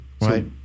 Right